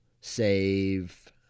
save